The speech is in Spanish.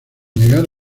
llegar